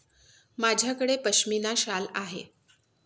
माझ्याकडे पश्मीना शाल आहे